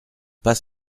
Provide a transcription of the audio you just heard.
pas